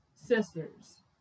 Sisters